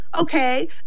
okay